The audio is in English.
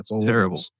terrible